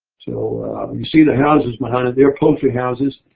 so and you see the houses behind it. they're country houses.